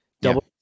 Double